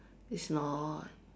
it's not